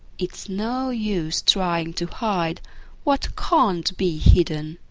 it's no use trying to hide what can't be hidden.